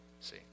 see